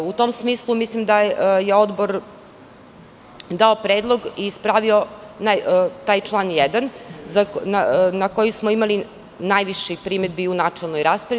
U tom smislu mislim da je Odbor dao predlog, ispravio taj član 1. na koji smo imali najviše primedbi u načelnoj raspravi.